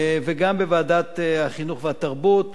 וגם בוועדת החינוך והתרבות,